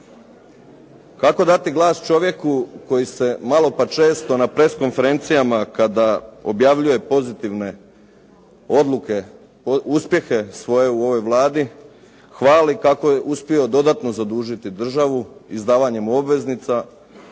Kako dati glas čovjeku koji se malo pa često na press konferencijama, kada objavljuje pozitivne odluke, uspjehe svoje u ovoj Vladi, hvali kako je uspio dodatno zadužiti državu izdavanjem obveznica,